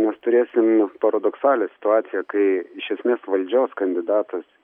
nes turėsim paradoksalią situaciją kai iš esmės valdžios kandidatas